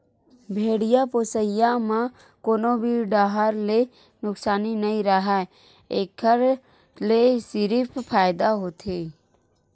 भेड़िया पोसई म कोनो भी डाहर ले नुकसानी नइ राहय एखर ले सिरिफ फायदा होथे